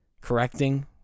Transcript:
correcting